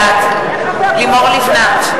בעד לימור לבנת,